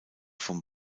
vom